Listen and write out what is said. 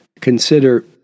consider